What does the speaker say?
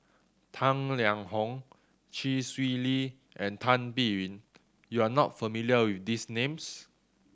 Tang Liang Hong Chee Swee Lee and Tan Biyun you are not familiar with these names